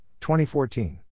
2014